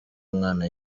umwana